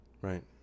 Right